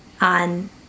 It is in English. on